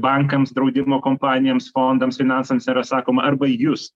bankams draudimo kompanijoms fondams finansams yra sakoma arba jūs